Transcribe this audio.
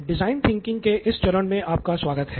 design thinking के इस चरण में आपका स्वागत है